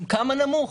כמה נמוך?